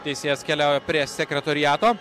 teisėjas keliauja prie sekretoriato